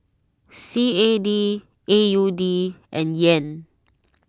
C A D A U D and Yen